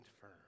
firm